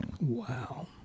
Wow